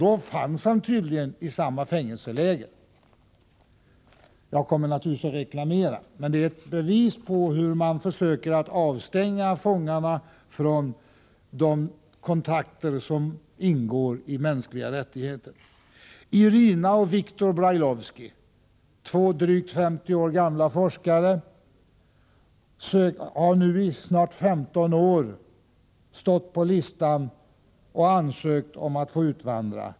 Då fanns han tydligen i samma fängelseläger. Jag kommer naturligtvis att reklamera mitt brev, men detta är ett bevis på hur man försöker avstänga fångarna från de kontakter som ingår i mänskliga rättigheter. Irina och Victor Brailovsky, två drygt 50 år gamla forskare, har nu i snart 15 år stått på listan och ansökt om att få utvandra.